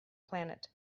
planet